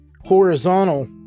horizontal